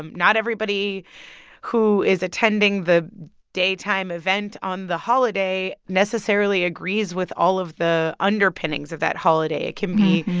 um not everybody who is attending the daytime event on the holiday necessarily agrees with all of the underpinnings of that holiday. it can be,